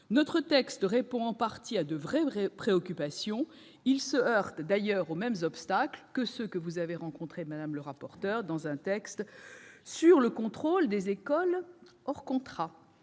Notre texte répond en partie à de vraies préoccupations. Il se heurte d'ailleurs aux mêmes obstacles que ceux que vous aviez rencontrés à propos d'un texte relatif au contrôle des écoles hors contrat,